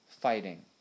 fighting